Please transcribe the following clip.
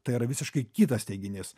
tai yra visiškai kitas teiginys